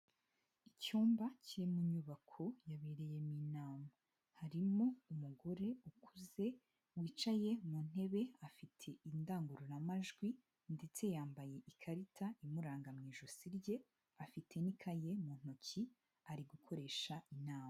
Icyumba kiri munyubako yabereyemo inama harimo umugore ukuze wicaye muntebe afite indangururamajwi ndetse yambaye ikarita imuranga mu ijosi rye afite n'ikaye mu ntoki ari gukoresha inama.